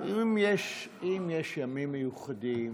אם יש ימים מיוחדים,